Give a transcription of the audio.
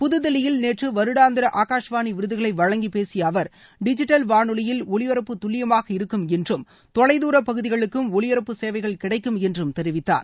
புதுதில்லியில் நேற்று வருடாந்திர ஆகாஷ்வாணி விருதுகளை வழங்கி பேசிய அவர் டிஜிட்டல் வானொலியில் ஒலிபரப்பு துல்லியமாக இருக்கும் என்றும் தொலை தூர பகுதிகளுக்கும் ஒலிபரப்பு சேவைகள் கிடைக்கும் என்றும் தெரிவித்தார்